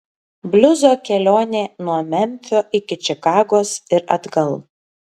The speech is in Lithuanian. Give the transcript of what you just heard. bliuzo kelionė nuo memfio iki čikagos ir atgal